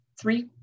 three